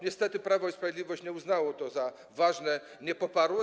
Niestety Prawo i Sprawiedliwość nie uznało tego za ważne, nie poparło tego.